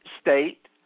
state